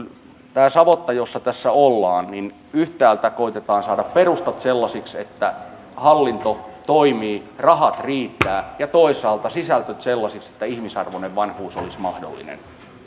tässä savotassa jossa tässä ollaan yhtäältä koetetaan saada perustat sellaisiksi että hallinto toimii rahat riittävät ja toisaalta sisältö sellaiseksi että ihmisarvoinen vanhuus olisi mahdollinen